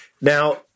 now